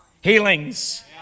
healings